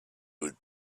would